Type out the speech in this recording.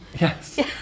Yes